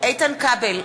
איתן כבל,